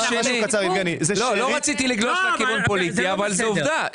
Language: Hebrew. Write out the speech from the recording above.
לא רציתי לגלוש לכיוון פוליטי, אבל זו עובדה.